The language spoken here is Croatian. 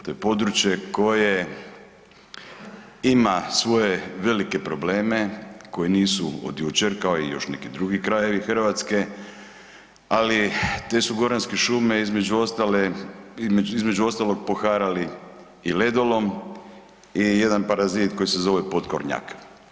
To je područje koje ima svoje velike probleme koji nisu od jučer kao i još neki drugi krajevi Hrvatske, ali te su goranske šume između ostale, između ostalog poharali i ledolom i jedan parazit koji se zove potkornjak.